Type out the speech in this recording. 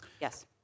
Yes